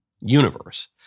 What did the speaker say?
universe